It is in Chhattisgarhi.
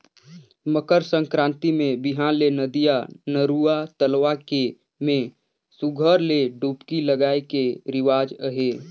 मकर संकरांति मे बिहान ले नदिया, नरूवा, तलवा के में सुग्घर ले डुबकी लगाए के रिवाज अहे